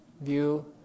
view